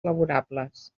laborables